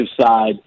side